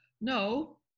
no